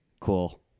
Cool